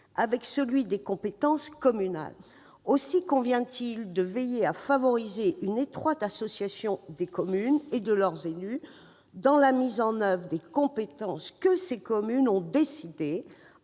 avec celui des compétences communales. Aussi convient-il de veiller à favoriser une étroite association des communes et de leurs élus dans la mise en oeuvre des compétences que ces communes ont décidé,